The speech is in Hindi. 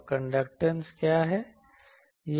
तो कंडक्टेंस क्या है